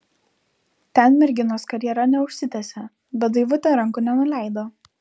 ten merginos karjera neužsitęsė bet daivutė rankų nenuleido